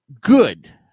good